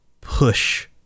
push